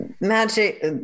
magic